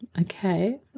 okay